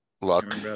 Luck